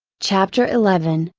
chapter eleven,